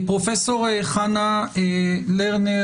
פרופ' חנה לרנר,